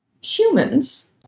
humans